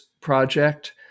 project